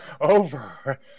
over